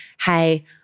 hey